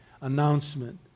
announcement